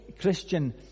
Christian